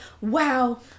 wow